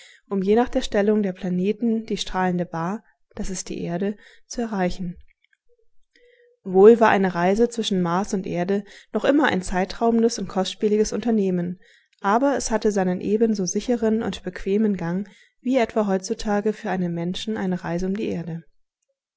um je nach der stellung der planeten die strahlende ba das ist die erde zu erreichen wohl war eine reise zwischen mars und erde noch immer ein zeitraubendes und kostspieliges unternehmen aber es hatte seinen ebenso sicheren und bequemen gang wie etwa heutzutage für einen menschen eine reise um die erde